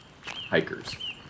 hikers